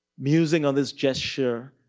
musing others gesture,